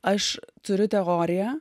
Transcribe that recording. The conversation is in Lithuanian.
aš turiu teoriją